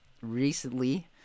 recently